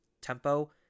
tempo